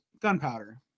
gunpowder